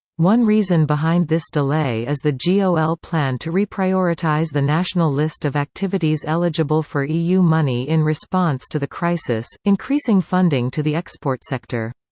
one reason behind this delay is the gol plan to reprioritize the national list of activities eligible for eu money in response to the crisis, increasing funding to the export sector.